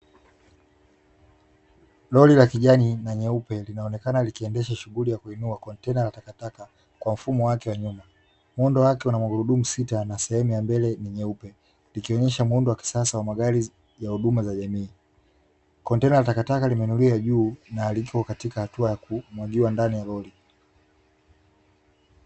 Roli la kijani na nyeupe linaonekana likiendesha shughuli ya kuinua kontena la takataka kwa mfumo wake wa nyuma, muundo wake una magurudumu sita na sehemu ya mbele ni nyeupe likionesha muundo wa kisasa wa magari ya huduma za jamii, kontena la takataka limeinuliwa juu na likiwa katika hatua ya kumwagiwa ndani ya roli.